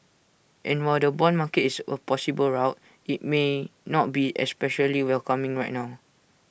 and while the Bond market is A possible route IT may not be especially welcoming right now